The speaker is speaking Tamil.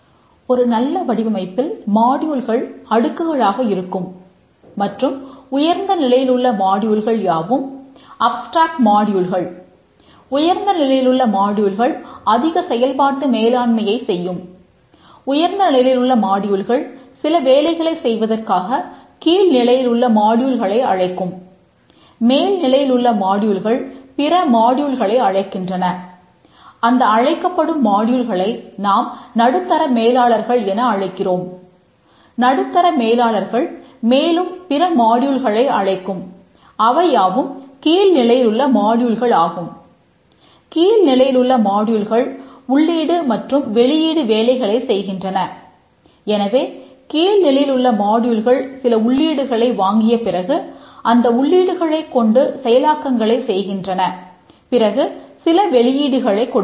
ஒரு நல்ல வடிவமைப்பில் மாடியூல்கள் சில உள்ளீடுகளை வாங்கியபிறகு அந்த உள்ளீடுகளை கொண்டு செயலாக்கங்களைச் செய்கின்றன பிறகு சில வெளியீடுகளைக் கொடுக்கின்றன